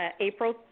April